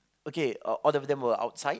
okay all of them were outside